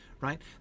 right